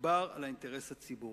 יגבר על האינטרס הציבורי.